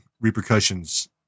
repercussions